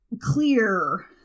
clear